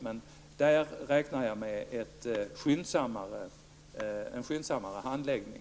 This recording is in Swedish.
I den frågan räknar jag med en skyndsammare handläggning.